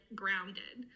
grounded